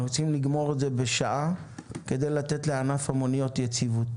אנחנו רוצים לגמור את זה בשעה כדי לתת לענף המוניות יציבות